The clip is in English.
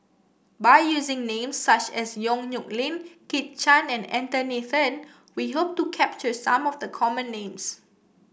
by using names such as Yong Nyuk Lin Kit Chan and Anthony Then we hope to capture some of the common names